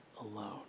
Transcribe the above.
alone